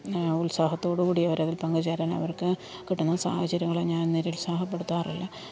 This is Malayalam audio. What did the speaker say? ഉത്സാഹത്തോടു കൂടി അവരതിൽ പങ്കുചേരാൻ അവർക്ക് കിട്ടുന്ന സാഹചര്യങ്ങളെ ഞാൻ നിരുത്സാഹപ്പെടുത്താറില്ല